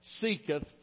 seeketh